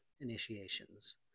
initiations